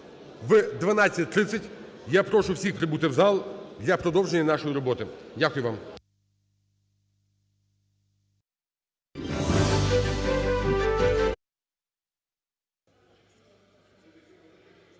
В 12:30 я прошу всіх прибути в зал для продовження нашої роботи. Дякую вам.